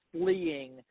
fleeing